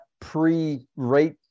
pre-rate